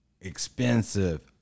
expensive